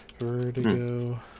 Vertigo